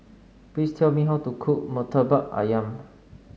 please tell me how to cook Murtabak ayam